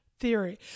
Theory